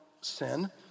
sin